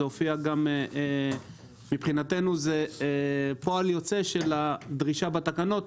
ומבחינתנו זה פועל יוצא מהדרישה בתקנות.